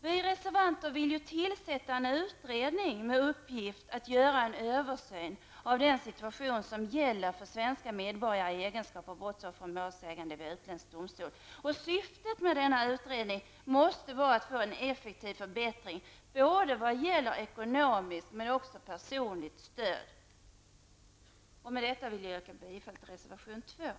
Vi reservanter vill tillsätta en utredning med uppgift att göra en översyn av den situation som gäller för svenska medborgare i egenskap av brottsoffer och målsägande vid utländsk domstol. Syftet med denna utredning måste vara att få en effektiv förbättring i vad gäller både ekonomiskt och personligt stöd. Med detta vill jag yrka bifall till reservation 2.